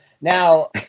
now